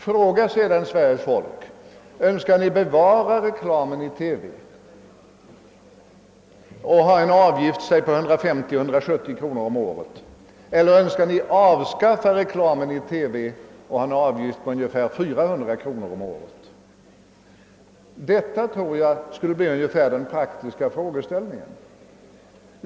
Fråga sedan Sveriges folk: Önskar ni bevara reklamen i TV och ha en avgift på låt oss säga 150 å 170 kronor om året, eller önskar ni avskaffa reklam i TV och ha en avgift på ungefär 400 kronor om året? Detta tror jag skulle bli ungefär den praktiska frågeställningen.